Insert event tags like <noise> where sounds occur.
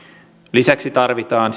lisäksi tarvitaan <unintelligible>